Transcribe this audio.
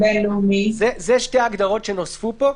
אלה שתי ההגדרות שנוספו פה,